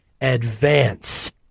advance